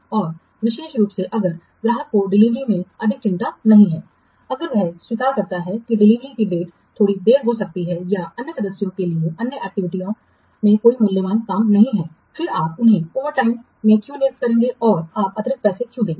और विशेष रूप से अगर ग्राहक को डिलीवरी से अधिक चिंता नहीं है अगर वह स्वीकार करता है कि डिलीवरी की डेट थोड़ी देर हो सकती है या अन्य सदस्यों के लिए अन्य एक्टिविटीयों में कोई मूल्यवान काम नहीं है फिर आप उन्हें ओवरटाइम में क्यों नियुक्त करेंगे और आप अतिरिक्त पैसे क्यों देंगे